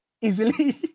easily